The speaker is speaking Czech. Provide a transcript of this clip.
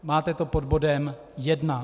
Máte to pod bodem 1.